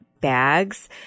bags